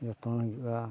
ᱡᱚᱛᱚᱱ ᱦᱩᱭᱩᱜᱼᱟ